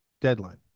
deadline